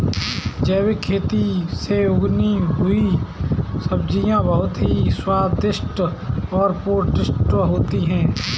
जैविक खेती से उगी हुई सब्जियां बहुत ही स्वादिष्ट और पौष्टिक होते हैं